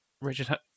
Richard